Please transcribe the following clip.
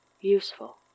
useful